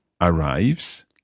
Arrives